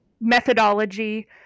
methodology